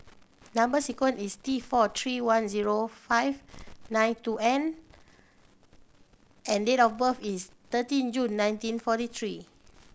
number sequence is T four three one zero five nine two N and date of birth is thirteen June nineteen forty three